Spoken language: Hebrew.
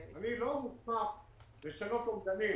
אני לא מוסמך לשנות אומדנים,